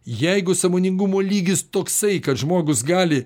jeigu sąmoningumo lygis toksai kad žmogus gali